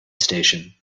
station